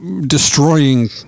destroying